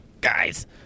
Guys